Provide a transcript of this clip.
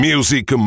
Music